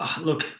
look